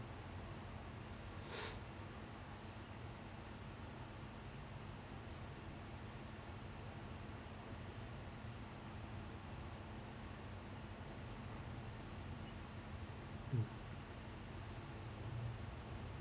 mm